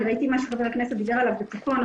אני ראיתי את מה שחבר הכנסת דיבר עליו בצפון.